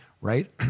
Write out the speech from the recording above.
Right